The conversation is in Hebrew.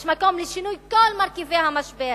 יש מקום לשינוי כל מרכיבי המשבר.